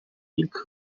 ilk